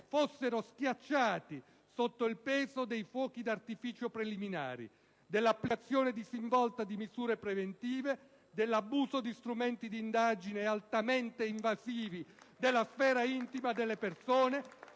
fossero schiacciati sotto il peso dei fuochi di artificio preliminari, dell'applicazione disinvolta di misure preventive, dell'abuso di strumenti di indagine altamente invasivi della sfera intima delle persone;